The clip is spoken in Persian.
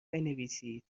بنویسید